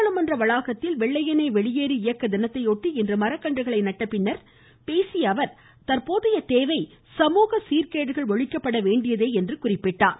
நாடாளுமன்ற வளாகத்தில் வெள்ளையனே வெளியேறு இயக்க தினத்தையொட்டி இன்று மரக்கன்றுகளை நட்ட பின்னர் பேசிய அவர் தற்போதைய தேவை சமூக சீர்கேடுகள் ஒழிக்கப்பட வேண்டியதே என்றார்